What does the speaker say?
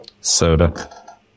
soda